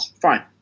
Fine